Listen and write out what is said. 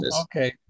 Okay